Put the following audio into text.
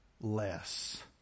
less